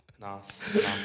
nice